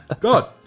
God